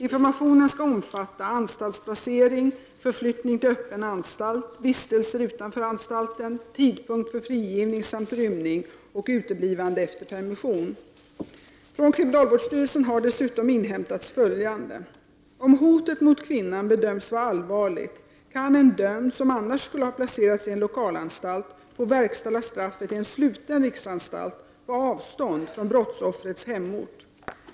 Informationen skall omfatta anstaltsplace Från kriminalvårdsstyrelsen har dessutom inhämtats följande. Om hotet mot kvinnan bedöms vara allvarligt kan en dömd, som annars skulle ha placerats i en lokalanstalt, få verkställa straffet i en sluten riksanstalt på avstånd från brottsoffrets hemort.